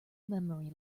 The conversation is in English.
memory